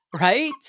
Right